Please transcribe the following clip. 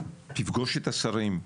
שתפגוש את השרים,